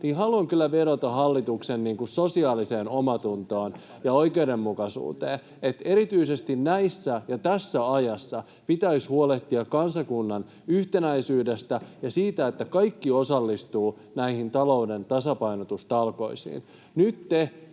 niin haluan kyllä vedota hallituksen sosiaaliseen omaantuntoon ja oikeudenmukaisuuteen. Erityisesti tässä ajassa pitäisi huolehtia kansakunnan yhtenäisyydestä ja siitä, että kaikki osallistuvat näihin talouden tasapainotustalkoisiin.